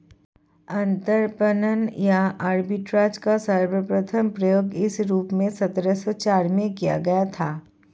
अंतरपणन या आर्बिट्राज का सर्वप्रथम प्रयोग इस रूप में सत्रह सौ चार में किया गया था